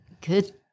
Good